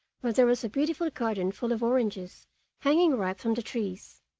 where there was a beautiful garden full of oranges hanging ripe from the trees.